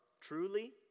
truly